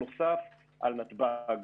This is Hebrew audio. הנוסף על נתב"ג.